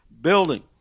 building